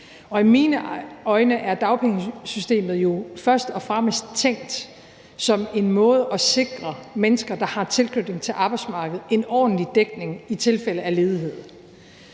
i mine øjne er dagpengesystemet jo først og fremmest tænkt som en måde at sikre mennesker, der har tilknytning til arbejdsmarkedet, en ordentlig dækning i tilfælde af ledighed.